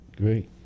Great